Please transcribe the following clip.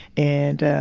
and